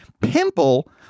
pimple